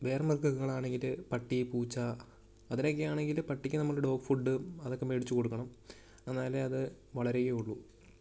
വേറെ മൃഗങ്ങളാണെങ്കിൽ പട്ടി പൂച്ച അതിനെയൊക്കെ ആണെങ്കിൽ പട്ടിക്ക് നമ്മൾ ഡോഗ് ഫുഡ് അതൊക്കെ വേടിച്ചു കൊടുക്കണം എന്നാലേ അത് വളരുകയുള്ളൂ